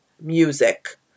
music